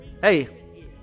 Hey